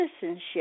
citizenship